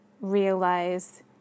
realize